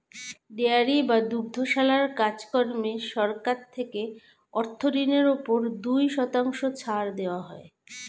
dairy বা দুগ্ধশালার কাজ কর্মে সরকার থেকে অর্থ ঋণের উপর দুই শতাংশ ছাড় দেওয়া হয়